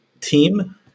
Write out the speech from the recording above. team